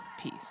Peace